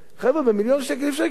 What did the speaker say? במיליון שקל אי-אפשר לקנות הרבה.